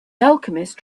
alchemist